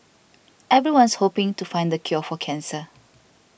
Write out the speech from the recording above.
everyone's hoping to find the cure for cancer